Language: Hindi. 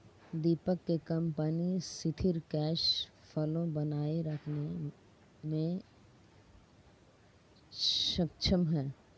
दीपक के कंपनी सिथिर कैश फ्लो बनाए रखने मे सक्षम है